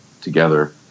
together